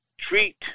treat